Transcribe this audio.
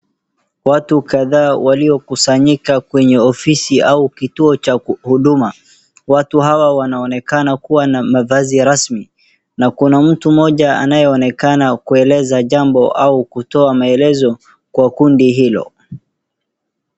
Watu kadhaa waliokusanyika kwenye ofisi au kituo cha huduma. Watu hawa wanaoekana kuwa na mavazi ya rasmi na kuna mtu mmoja anayeonekana kueleza jambo au kutoa maelezo kwa kundi hilo.